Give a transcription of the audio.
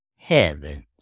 Heavens